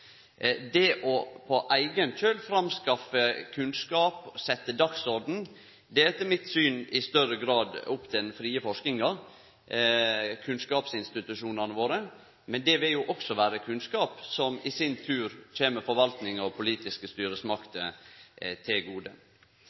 på eigen kjøl å framskaffe kunnskap og setje dagsorden er etter mitt syn i større grad opp til den frie forskinga, kunnskapsinstitusjonane våre, men det vil også vere kunnskap som i sin tur kjem forvaltinga og politiske styremakter til gode.